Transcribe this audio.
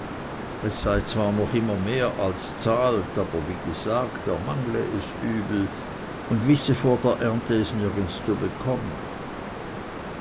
es sei zwar noch immer mehr als zahlt aber wie gesagt er mangle es übel und wisse vor der ernte es nirgends zu bekommen